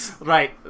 Right